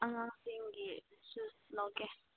ꯑꯉꯥꯡꯁꯤꯡꯒꯤ ꯁꯨꯁ ꯂꯧꯒꯦ